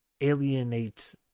alienate